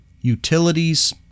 utilities